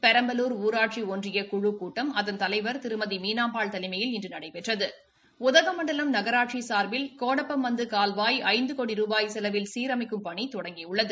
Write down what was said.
பெரம்பலூர் ஊராட்சி ஒன்றியக் குழுக் கூட்டம் அதள் தலைவர் திருமதி மீனாம்பாள் தலைமையில் இன்று நடைபெற்றது உதகமண்டலம் நகராட்சி சார்பில் கோடப்பமந்து கால்வாய் ஐந்து கோடி ரூபாய் செலவில் சீரமைக்கும் பணி தொடங்கியுள்ளது